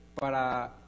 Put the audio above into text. para